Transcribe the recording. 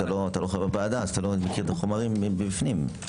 לא חבר ועדה אז לא מכיר את החומרים מבפנים.